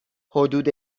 حدود